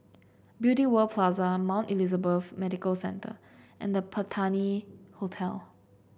Beauty World Plaza Mount Elizabeth Medical Centre and The Patina Hotel